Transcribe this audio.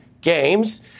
games